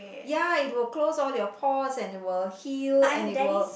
ya it will close all your pores and it will heal and it will